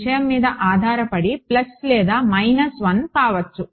విషయం మీద ఆధారపడి ప్లస్ లేదా మైనస్ 1 కావచ్చు